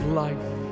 life